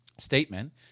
Statement